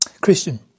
Christian